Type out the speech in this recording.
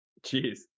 Jeez